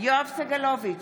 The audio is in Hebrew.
יואב סגלוביץ'